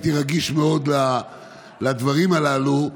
הייתי רגיש מאוד לדברים הללו,